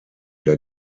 der